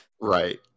Right